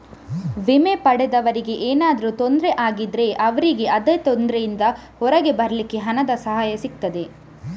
ವಿಮೆ ಪಡೆದವರಿಗೆ ಏನಾದ್ರೂ ತೊಂದ್ರೆ ಆದ್ರೆ ಅವ್ರಿಗೆ ಆದ ತೊಂದ್ರೆಯಿಂದ ಹೊರಗೆ ಬರ್ಲಿಕ್ಕೆ ಹಣದ ಸಹಾಯ ಸಿಗ್ತದೆ